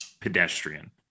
pedestrian